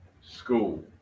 school